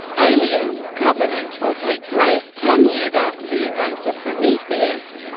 alien covenant will take place ten years after the events of prometheus.